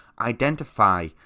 identify